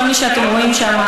כל מי שאתם רואים שם,